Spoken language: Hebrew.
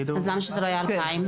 למה שזה לא יהיה 2,000?